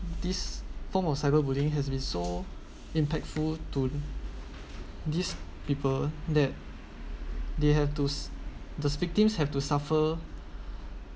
this form of cyberbullying has been so impactful to these people that they have to s~ these victims have to suffer